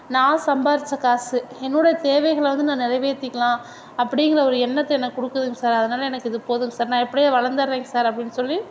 நான் சம்பாரிச்ச காசு என்னோட தேவைகளை வந்து நான் நிறைவேத்திக்கிலாம் அப்படிங்குற ஒரு எண்ணத்தை எனக்கு கொடுக்குதுங்க சார் அதனால எனக்கு இது போதும் சார் நான் இப்படியே வளர்ந்துறேன் சார் அப்படின்னு சொல்லி